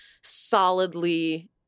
solidly